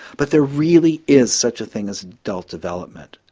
but there really is such a thing as adult development,